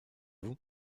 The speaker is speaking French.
vous